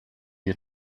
you